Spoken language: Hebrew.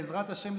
בעזרת השם,